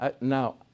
Now